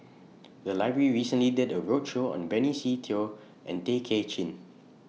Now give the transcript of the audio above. The Library recently did A roadshow on Benny Se Teo and Tay Kay Chin